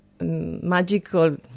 magical